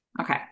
Okay